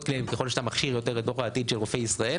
קליניים ככל שאתה מכשיר יותר את דור העתיד של רופאי ישראל